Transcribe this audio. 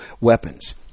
weapons